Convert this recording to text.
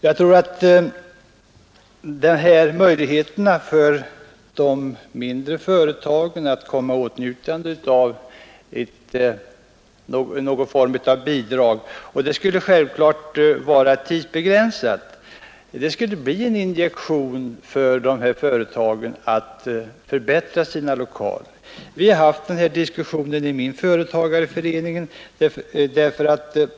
Jag tror att en möjlighet för de mindre företagen att komma i åtnjutande av någon form av bidrag — och det skulle självklart vara tidsbegränsat — skulle bli en injektion för dessa företag att förbättra sina lokaler. Vi har haft den här diskussionen i min företagarförening.